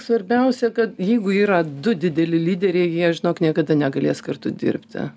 svarbiausia kad jeigu yra du dideli lyderiai jie žinok niekada negalės kartu dirbti